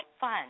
fun